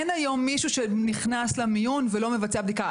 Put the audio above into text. אין היום מישהו שנכנס למיון ולא מבצע בדיקה.